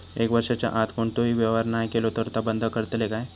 एक वर्षाच्या आत कोणतोही व्यवहार नाय केलो तर ता बंद करतले काय?